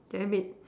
damn it